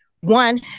One